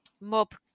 mob